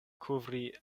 kovri